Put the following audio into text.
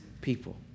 people